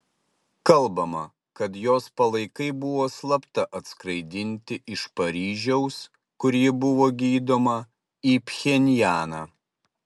kalbama kad jos palaikai buvo slapta atskraidinti iš paryžiaus kur ji buvo gydoma į pchenjaną